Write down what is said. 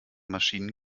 maschinen